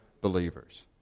believers